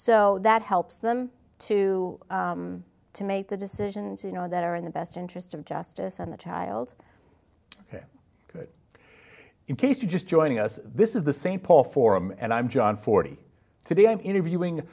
so that helps them to to make the decisions you know that are in the best interest of justice on the child ok in case you're just joining us this is the st paul forum and i'm john forty today i'm interviewing